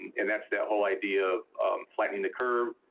and that's that whole idea of flattening the cur